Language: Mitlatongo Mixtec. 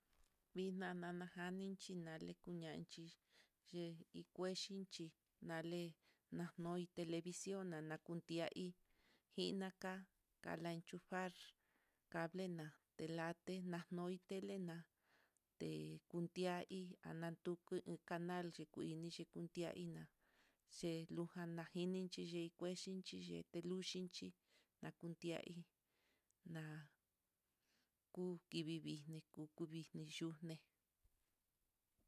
Vixnana jale xhinalé, kunanyi yi ikuexhinchí nale nanoi televición, yo'o nanatia'í jinaka, kalannujar kavina telatena noitena te kutia hí anatuku iin canal, chikuin chikuntia iná c jan lajinin chí kué xhinchí nike luu xhinchí, nakuntiahí na'a kuu kivii vinii ku kuvixne yuxné.